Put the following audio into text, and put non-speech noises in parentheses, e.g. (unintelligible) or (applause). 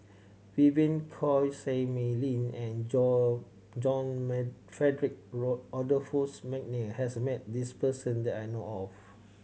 Vivien Quahe Seah Mei Lin and (unintelligible) John may Frederick (unintelligible) Adolphus McNair has met this person that I know of